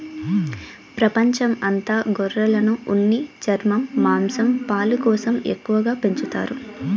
ప్రపంచం అంత గొర్రెలను ఉన్ని, చర్మం, మాంసం, పాలు కోసం ఎక్కువగా పెంచుతారు